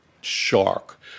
shark